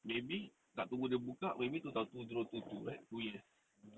maybe nak tunggu dia buka maybe two zero two two right two years